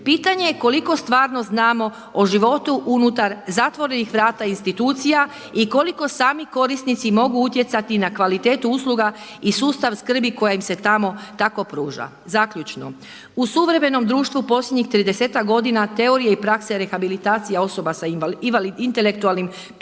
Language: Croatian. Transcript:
Pitanje je koliko stvarno znamo o životu unutar zatvorenih vrata institucija i koliko sami korisnici mogu utjecati na kvalitetu usluga i sustav skrbi koja im se tamo tako pruža. Zaključno. U suvremenom društvu posljednjim 30-ak godina teorije i prakse rehabilitacija osoba sa intelektualnim psihičkim